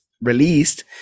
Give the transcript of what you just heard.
released